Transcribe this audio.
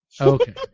Okay